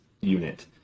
unit